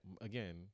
again